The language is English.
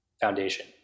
foundation